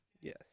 Yes